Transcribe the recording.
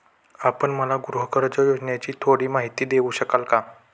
आपण मला गृहकर्ज योजनेची थोडी माहिती देऊ शकाल का?